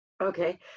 Okay